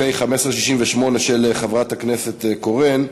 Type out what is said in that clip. פ/1568, של חברת הכנסת קורן.